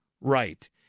right